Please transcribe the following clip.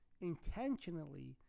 intentionally